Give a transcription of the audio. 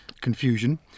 confusion